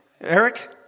Eric